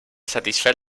satisfer